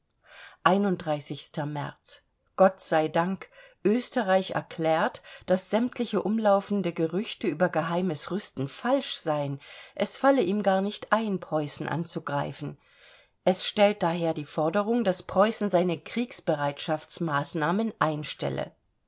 märz gott sei dank österreich erklärt daß sämtliche umlaufende gerüchte über geheimes rüsten falsch seien es falle ihm gar nicht ein preußen anzugreifen er stellt daher die forderung daß preußen seine kriegsbereitschafts maßnahmen einstelle